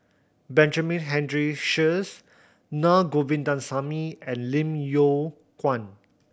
Benjamin Henry Sheares Na Govindasamy and Lim Yew Kuan